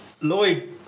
Lloyd